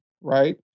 right